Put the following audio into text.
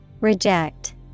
reject